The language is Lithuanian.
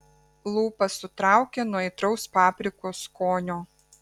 lūpas sutraukė nuo aitraus paprikos skonio